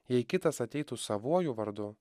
jei kitas ateitų savuoju vardu